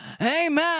Amen